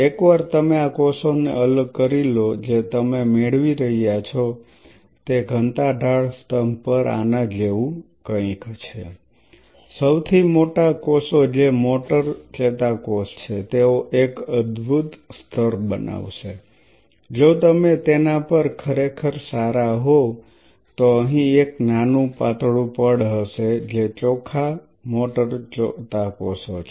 એકવાર તમે આ કોષોને અલગ કરી લો જે તમે મેળવી રહ્યા છો તે ઘનતા ઢાળ સ્તંભ પર આના જેવું કંઈક છે સૌથી મોટા કોષો જે મોટર ચેતાકોષ છે તેઓ એક અદ્ભુત સ્તર બનાવશે જો તમે તેના પર ખરેખર સારા હોવ તો અહીં એક નાનું પાતળું પડ હશે જે ચોખ્ખા મોટર ચેતાકોષો છે